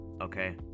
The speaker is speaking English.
Okay